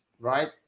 right